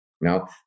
Now